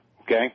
Okay